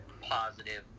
positive